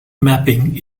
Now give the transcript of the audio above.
mapping